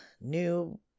New